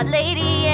lady